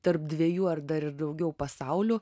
tarp dviejų ar dar ir daugiau pasaulių